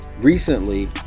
recently